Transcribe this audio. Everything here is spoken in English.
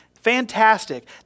Fantastic